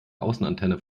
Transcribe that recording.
außenantenne